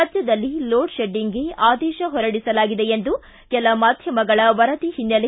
ರಾಜ್ಞದಲ್ಲಿ ಲೋಡ್ ಶೆಡ್ಡಿಂಗ್ಗೆ ಆದೇಶ ಹೊರಡಿಸಲಾಗಿದೆ ಎಂದು ಕೆಲ ಮಾಧ್ಯಮಗಳ ವರದಿ ಹಿನ್ನೆಲೆ